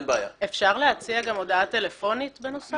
אפשר להציע גם הודעה טלפונית בנוסף?